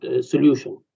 solution